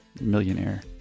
MILLIONAIRE